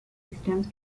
systems